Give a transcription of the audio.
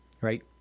Right